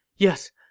yes,